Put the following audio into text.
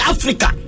Africa